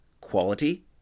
quality